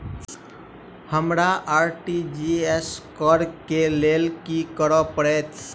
हमरा आर.टी.जी.एस करऽ केँ लेल की करऽ पड़तै?